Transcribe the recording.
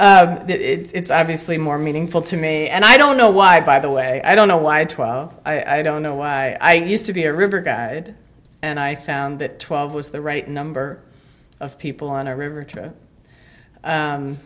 blank it's obviously more meaningful to me and i don't know why by the way i don't know why a twelve i don't know why i used to be a river guide and i found that twelve was the right number of people on a river t